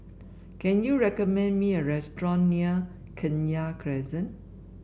can you recommend me a restaurant near Kenya Crescent